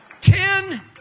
Ten